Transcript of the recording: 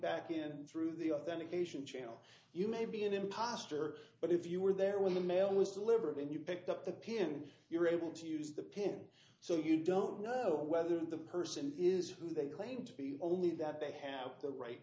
back in through the authentication channel you may be in imposture but if you were there when the mail was delivered and you picked up the pin you were able to use the pin so you don't know whether the person is who they claim to be only that they have the right